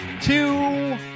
two